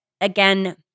again